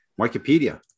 Wikipedia